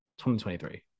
2023